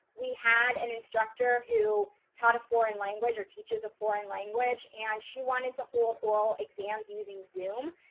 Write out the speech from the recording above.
we had an instructor who taught a foreign language or teaches a foreign language and she wanted to hold oral exams using zoom.